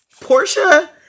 Portia